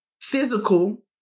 physical